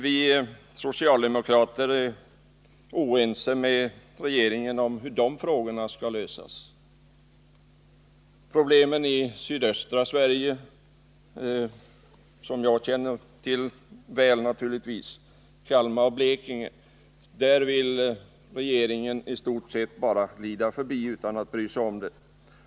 Vi socialdemokrater är oense med regeringen om hur de frågorna skall lösas. Problemen i sydöstra Sverige, i Kalmar och Blekinge län, som jag naturligtvis känner väl till, vill regeringen i stort sett bara glida förbi utan att bry sig om dem.